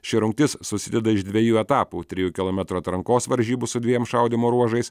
ši rungtis susideda iš dviejų etapų trijų kilometrų atrankos varžybų su dviem šaudymo ruožais